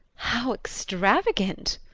how extravagant!